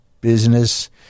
business